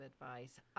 advice